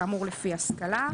כאמור לפי השכלה.